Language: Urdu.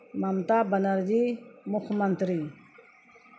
ممتا بنرجی مکھے منتری